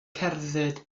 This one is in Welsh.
cerdded